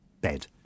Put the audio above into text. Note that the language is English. bed